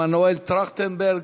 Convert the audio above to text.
מנואל טרכטנברג.